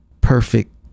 perfect